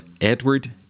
Edward